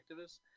activists